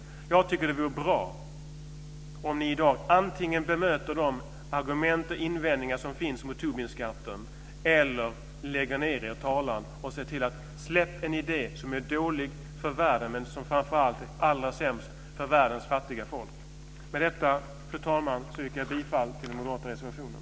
Jag tycker att det vore bra om ni i dag antingen bemöter de argument och invändningar som finns mot Tobinskatten eller lägger ned er talan och ser till att släppa en idé som är dålig för världen, men som framför allt är allra sämst för världens fattiga folk. Med detta, fru talman, yrkar jag bifall till den moderata reservationen.